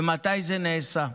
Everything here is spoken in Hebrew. ומתי זה נעשה?